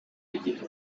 gihe